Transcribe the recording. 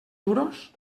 duros